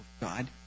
God